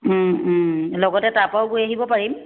লগতে তাৰ পৰাও গৈ আহিব পাৰিম